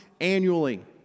annually